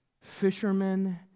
fishermen